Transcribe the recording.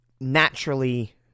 naturally